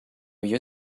your